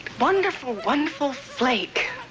wonderful, wonderful flake.